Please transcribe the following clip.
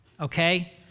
okay